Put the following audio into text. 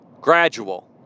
Gradual